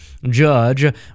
Judge